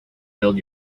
build